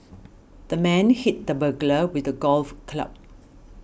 the man hit the burglar with a golf club